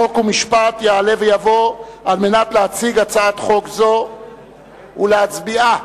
חוק ומשפט יעלה ויבוא כדי להציג הצעת חוק זו ולהצביע עליה.